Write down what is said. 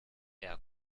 eher